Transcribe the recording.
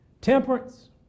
Temperance